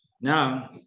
Now